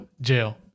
Jail